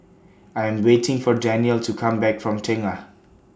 I Am waiting For Danyel to Come Back from Tengah